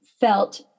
felt